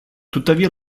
tuttavia